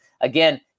Again